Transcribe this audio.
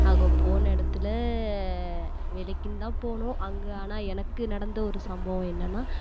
அங்கே போன இடத்துல வேலைக்குன்தான் போனோம் அங்கே ஆனால் எனக்கு நடந்த ஒரு சம்பவம் என்னன்னா